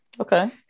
Okay